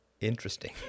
interesting